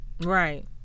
Right